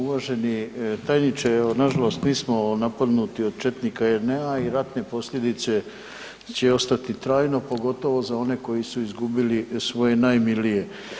Uvaženi tajniče evo nažalost mi smo napadnuti od četnika i JNA i ratne posljedice će ostati trajno pogotovo za one koji su izgubili svoje najmilije.